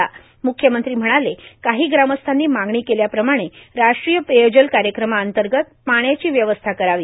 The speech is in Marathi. म्ख्यमंत्री म्हणाले काही ग्रामस्थांनी मागणी केल्याप्रमाणे राष्ट्रीय पेयजल कार्यक्रमांतर्गत पाण्याची व्यवस्था करावी